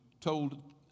told